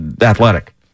athletic